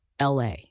LA